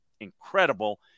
incredible